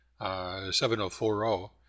7040